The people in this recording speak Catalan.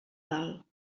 dalt